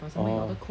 orh